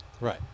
Right